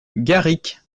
garric